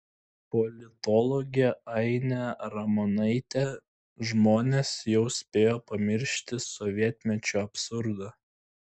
politologė ainė ramonaitė žmonės jau spėjo primiršti sovietmečio absurdą